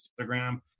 instagram